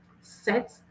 set